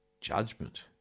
judgment